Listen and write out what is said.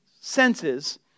senses